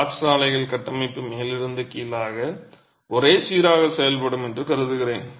காற்றாலைகள் கட்டமைப்பின் மேலிருந்து கீழாக ஒரே சீராக செயல்படும் என்று கருதுகிறேன்